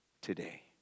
today